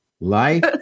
life